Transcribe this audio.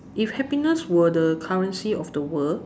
if happiness were the currency of the world